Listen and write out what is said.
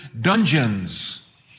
dungeons